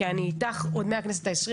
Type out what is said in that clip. כי אני איתך עוד מהכנסת ה-20,